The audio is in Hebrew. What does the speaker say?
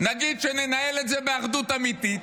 נגיד שננהל את זה באחדות אמיתית.